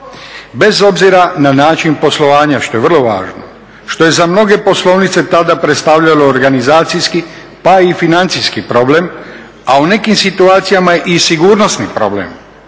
Bez obzira na način poslovanja što je vrlo važno što je za mnoge poslovnice tada predstavljalo organizacijski, pa i financijski problem, a u nekim situacijama i sigurnosni problem